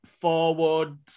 forward